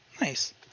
Nice